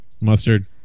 Mustard